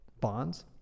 bonds